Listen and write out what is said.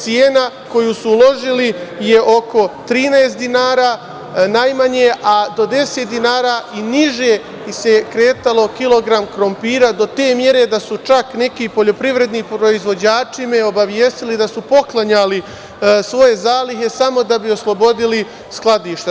Cena koju su uložili je oko 13 dinara, najmanje, a do 10 dinara i niže se kretao kilogram krompira, do te mere da su čak neki poljoprivredni proizvođači me obavestili da su poklanjali svoje zalihe samo da bi oslobodili skladišta.